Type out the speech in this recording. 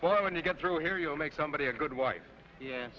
well when you get through here you'll make somebody a good wife ye